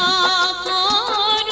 o